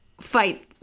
fight